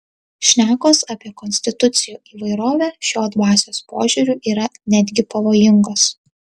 šnekos apie konstitucijų įvairovę šiuo dvasios pažiūriu yra netgi pavojingos